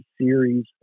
Series